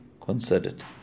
considered